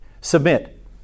Submit